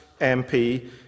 MP